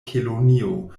kelonio